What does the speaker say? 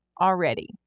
already